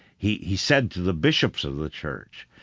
he he said to the bishops of the church,